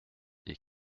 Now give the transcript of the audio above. des